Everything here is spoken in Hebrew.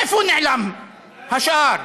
איפה נעלם השאר?